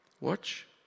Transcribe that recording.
Watch